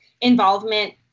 involvement